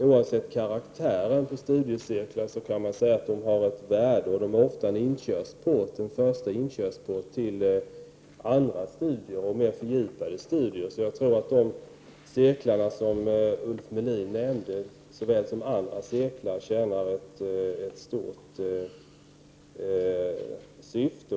Oavsett karaktären på studiecirklarna kan man, tror jag, säga att de har ett värde därigenom att de ofta är en inkörsport till andra och fördjupade studier. Jag tror att de cirklar som Ulf Melin nämnde lika väl som andra cirklar tjänar ett viktigt syfte.